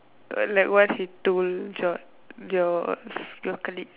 like what he told your your your colleague